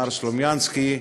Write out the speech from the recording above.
מר סלומינסקי,